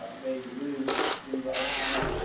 they moved to the oklahoma